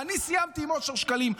אני סיימתי עם אושר שקלים.